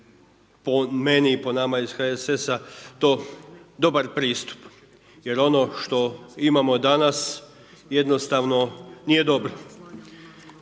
po meni i po nama iz HSS-a, to dobar pristup. Jer ono što imamo danas, jednostavno nije dobro.